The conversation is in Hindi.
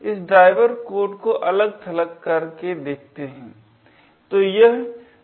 तो हम इस ड्राईवर कोड को अलग थलग करके देखते है